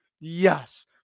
Yes